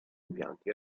impianti